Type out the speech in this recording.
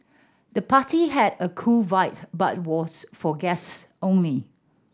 the party had a cool vibe but was for guests only